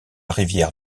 rivière